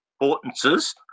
importances